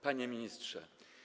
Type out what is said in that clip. Panie Ministrze!